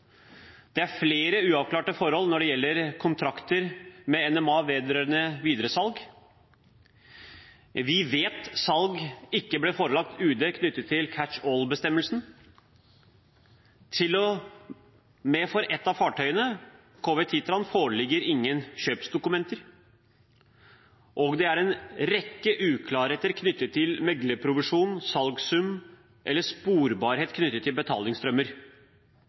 Det er flere uavklarte forhold når det gjelder kontrakter med NMA om videresalg. Vi vet at salg ikke ble forelagt UD knyttet til «catch all»-bestemmelsen, og for et av fartøyene KV «Titran», foreligger ikke kjøpsdokumenter. Det er en rekke uklarheter knyttet til meglerprovisjon, salgssum eller sporbarhet knyttet til betalingsstrømmer.